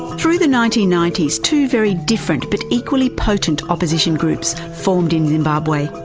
through the nineteen ninety s two very different, but equally potent opposition groups formed in zimbabwe.